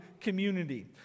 community